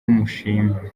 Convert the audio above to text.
mushima